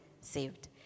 saved